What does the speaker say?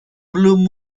blue